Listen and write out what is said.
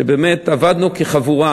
שבאמת עבדנו כחבורה,